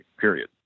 Period